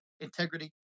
integrity